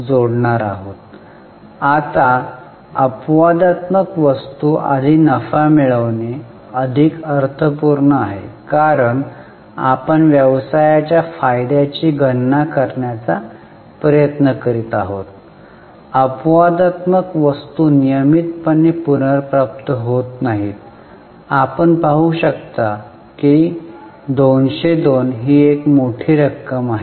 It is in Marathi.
वास्तविक अपवादात्मक वस्तू आधी नफा मिळवणे अधिक अर्थपूर्ण आहे कारण आपण व्यवसायाच्या फायद्याची गणना करण्याचा प्रयत्न करीत आहात अपवादात्मक वस्तू नियमितपणे पुनर्प्राप्त होत नाहीत आपण पाहू शकता की 202 ही एक मोठी रक्कम आहे